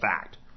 fact